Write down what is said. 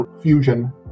fusion